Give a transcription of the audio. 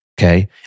okay